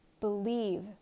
believe